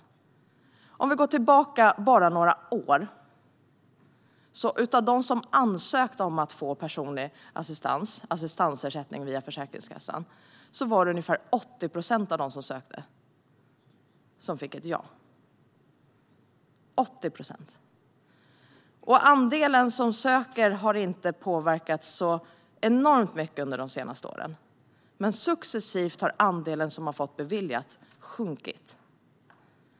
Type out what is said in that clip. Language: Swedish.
Om vi går tillbaka bara några år kan vi se att av de som ansökte om personlig assistans - assistansersättning via Försäkringskassan - fick ungefär 80 procent av de som sökte ett ja. Andelen som söker har inte påverkats så enormt mycket under de senaste åren, men successivt har andelen som har fått beviljat sjunkit.